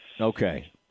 Okay